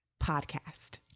podcast